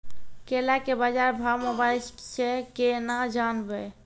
केला के बाजार भाव मोबाइल से के ना जान ब?